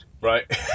right